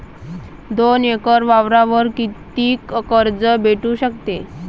दोन एकर वावरावर कितीक कर्ज भेटू शकते?